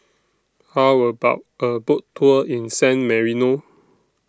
How about A Boat Tour in San Marino